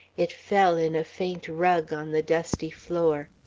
it fell in a faint rug on the dusty floor.